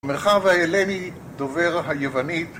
מרחב ההלני, דובר היוונית